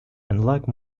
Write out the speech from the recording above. unlike